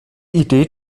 idee